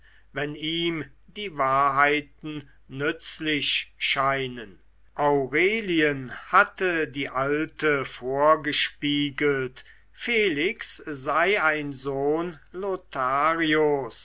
wenn ihm die wahrheiten nützlich scheinen aurelien hatte die alte vorgespiegelt felix sei ein sohn lotharios